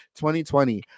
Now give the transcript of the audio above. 2020